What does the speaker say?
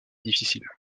difficile